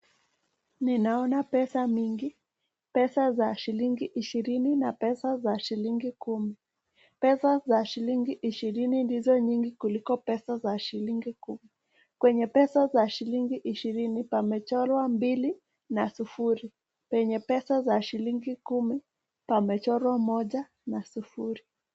Ninaona pesa mingi. Pesa za shilingi ishirini na pesa za shilingi kumi. Pesa za shilingi ishirini ndizo nyingi kuliko pesa za shilingi kumi. Kwenye pesa za shilingi ishirini pamechorwa mbili na sufuri, kwenye pesa za shilingi kumi pamechorwa moja na sufuri.